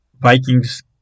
Vikings